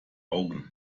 augen